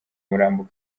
umurambo